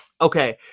Okay